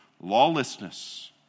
lawlessness